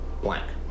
blank